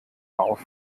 auf